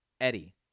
Eddie